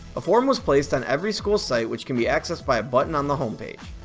a form was placed on every school site which can be accessed by a button on the home page.